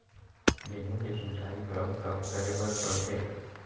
गेहूँ के सिंचाई कब कब करे बर पड़थे?